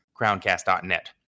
crowncast.net